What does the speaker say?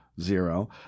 zero